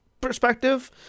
perspective